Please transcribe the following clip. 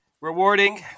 rewarding